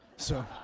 so